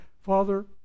Father